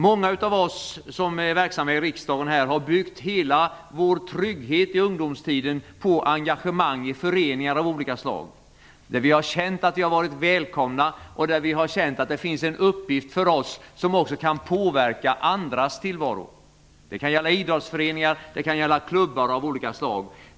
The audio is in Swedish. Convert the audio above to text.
Många av oss som är verksamma i riksdagen har byggt hela vår trygghet i ungdomstiden på engagemang i föreningar av olika slag, där vi har känt att vi har varit välkomna och där vi har känt att det funnits en uppgift för oss som också kan påverka andras tillvaro. Det kan gälla idrottsföreningar, och det kan gälla klubbar av olika slag.